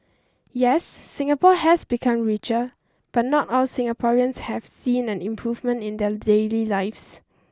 yes Singapore has become richer but not all Singaporeans have seen an improvement in their daily lives